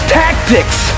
tactics